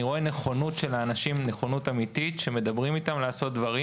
אני רואה נכונות אמיתית של האנשים כשמדברים איתם לעשות דברים.